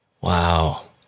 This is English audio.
Wow